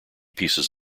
pieces